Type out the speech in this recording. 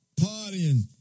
partying